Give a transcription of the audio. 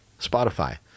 Spotify